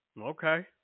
Okay